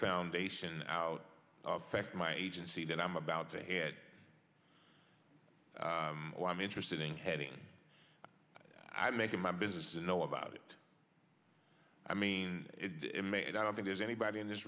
foundation out of fact my agency that i'm about to or i'm interested in heading i make it my business to know about it i mean it may and i don't think there's anybody in this